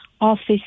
office